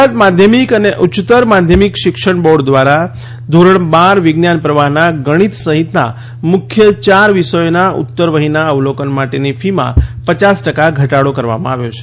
ગુજરાત માધ્યમિક અને ઉચ્યત્તર માધ્યમિક શિક્ષણ બોર્ડ દ્વારા ધોરણ બાર વિજ્ઞાન પ્રવાહના ગણિત સહિતના મુખ્ય ચાર વિષયોના ઉત્તરવહીના અવલોકન માટેની ફી માં પચાસ ટકા ઘટાડો કરવામાં આવ્યા છે